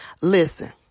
Listen